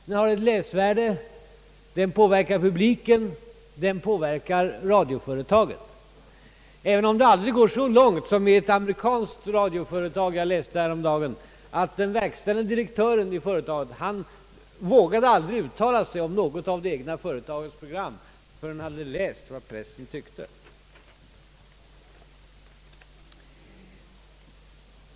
Den har ett läsvärde den påverkar publiken och den påverkar radioföretaget, även om det aldrig går så långt som i ett amerikanskt radioföretag jag läste om häromdagen, att verkställande direktören i företaget inte vågade uttala sig om det egna företagets program förrän han hade läst vad pressen tyckte.